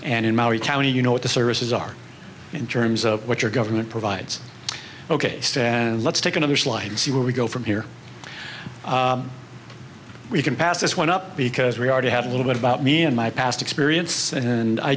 and in maui county you know what the services are in terms of what your government provides ok so let's take another slice and see where we go from here we can pass this one up because we already have a little bit about me and my past experience and i